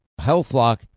HealthLock